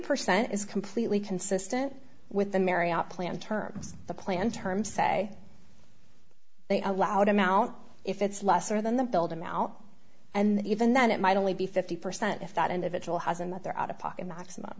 percent is completely consistent with the merry out plan terms the plan terms say they allowed amount if it's lesser than the build him out and even then it might only be fifty percent if that individual has another out of pocket maximum